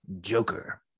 Joker